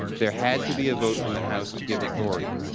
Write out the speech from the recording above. there had to be a vote from the house to give authority.